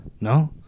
No